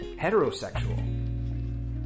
heterosexual